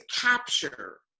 capture